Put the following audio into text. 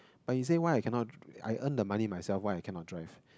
but he say why I cannot I earn the money myself why I cannot drive